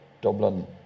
Dublin